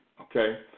okay